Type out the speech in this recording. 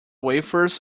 wafers